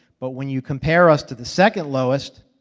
but when you compare us to the second lowest,